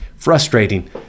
Frustrating